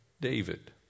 David